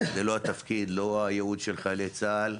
זה לא התפקיד ולא הייעוד של חיילי צה"ל.